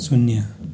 शून्य